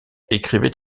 écrivait